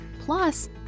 plus